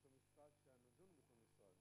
(הישיבה נפסקה בשעה 23:20 ונתחדשה בשעה